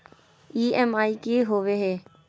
EMI की होवे है?